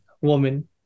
woman